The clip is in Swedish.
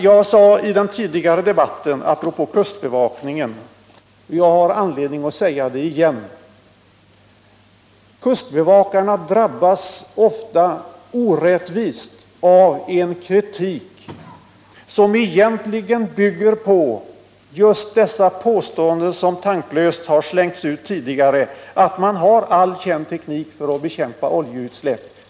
Jag sade i den tidigare debatten apropå kustbevakningen, och jag har anledning att säga det igen, att kustbevakarna drabbas ofta orättvist av en kritik som egentligen bygger på just dessa påståenden som tanklöst har slängts ut tidigare, att man har all känd teknik för att bekämpa oljeutsläpp.